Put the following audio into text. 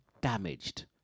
damaged